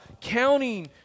counting